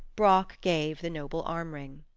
brock gave the noble armring.